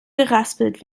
geraspelt